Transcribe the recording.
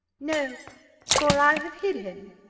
no for i have hid him,